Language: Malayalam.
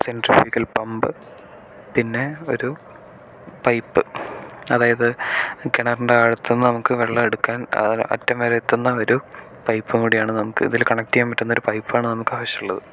സെട്രിഫ്യൂഗൽ പമ്പ് പിന്നെ ഒരു പൈപ്പ് അതായത് കിണറിൻ്റെ ആഴത്തിൽ നിന്ന് നമുക്ക് വെളളം എടുക്കാൻ അറ്റം വരെ എത്തുന്ന ഒരു പൈപ്പും കൂടി ആണ് ഇതിൽ കണക്ട് ചെയ്യാൻ പറ്റുന്ന ഒരു പൈപ്പാണ് നമുക്ക് ആവശ്യമുള്ളത്